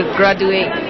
graduate